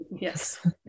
Yes